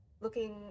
looking